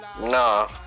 Nah